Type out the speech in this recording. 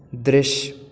दृश्य